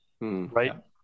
right